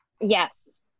Yes